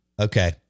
Okay